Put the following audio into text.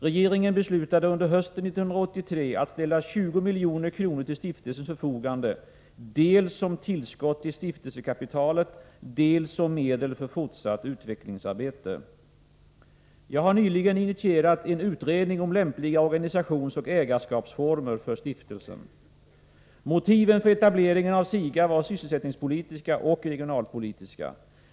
Regeringen beslutade under hösten 1983 att ställa 20 milj.kr. till stiftelsens förfogande dels som tillskott till stiftelsekapitalet, dels som medel för fortsatt utvecklingsarbete. Jag har nyligen initierat en utredning om lämpliga organisationsoch ägarskapsformer för stiftelsen. Motiven för etableringen av SIGA var sysselsättningspolitiska och regionalpolitiska.